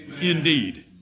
indeed